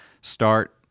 start